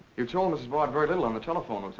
you told mrs. bard very little on the telephone,